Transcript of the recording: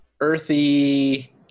earthy